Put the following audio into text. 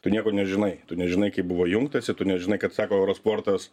tu nieko nežinai tu nežinai kaip buvo jungtasi tu nežinai kad sako euro sportas